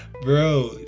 Bro